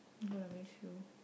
I'm gonna miss you